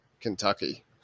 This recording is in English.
Kentucky